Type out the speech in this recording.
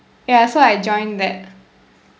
ya so I joined that